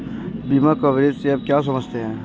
बीमा कवरेज से आप क्या समझते हैं?